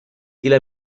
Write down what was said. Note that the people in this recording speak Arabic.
إلى